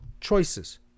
choices